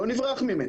לא נברח ממנה.